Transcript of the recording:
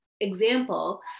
example